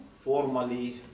formally